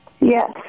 Yes